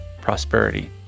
prosperity